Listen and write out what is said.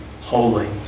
holy